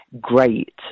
great